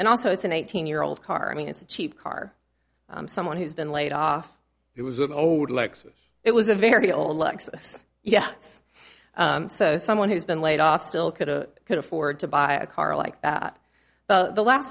and also it's an eighteen year old car i mean it's a cheap car someone who's been laid off it was an old lexus it was a very old lexus yeah so someone who's been laid off still could or could afford to buy a car like that but the last